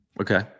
Okay